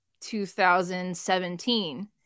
2017